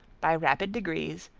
by rapid degrees,